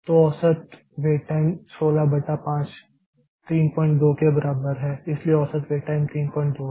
तो औसत wait time 16 बटा 5 32 के बराबर है इसलिए औसत वेट टाइम 32 है